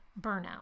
burnout